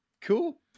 Cool